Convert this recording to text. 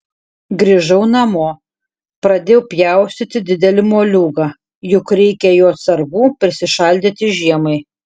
grįžau namo pradėjau pjaustyti didelį moliūgą juk reikia jo atsargų prišaldyti žiemai